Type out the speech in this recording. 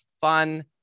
fun